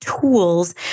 tools